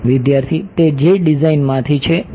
વિદ્યાર્થી તે જે ડિઝાઇનમાથી છે એ